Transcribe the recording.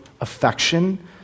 affection